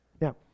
Now